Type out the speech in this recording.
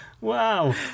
Wow